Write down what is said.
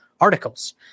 articles